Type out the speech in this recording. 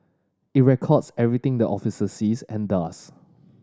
it records everything the officer sees and does